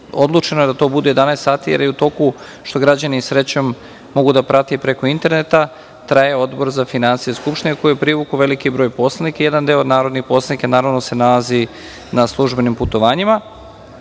počinje. Odlučeno je da to bude 11.00 časova, jer je u toku, što građani srećom mogu da prate preko interneta, traje Odbor za finansije skupštine koji je privukao veliki broj poslanika i jedan deo narodnih poslanika se nalazi na službenim putovanjima,